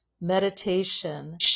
meditation